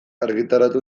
argitaratu